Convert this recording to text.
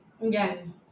Again